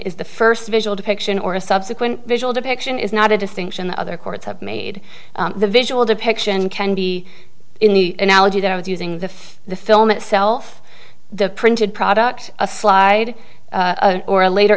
is the first visual depiction or a subsequent visual depiction is not a distinction other courts have made the visual depiction can be in the analogy that i was using the the film itself the printed product a slide or a later